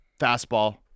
fastball